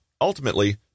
ultimately